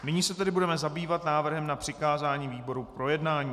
Nyní se tedy budeme zabývat návrhem na přikázání výboru k projednání.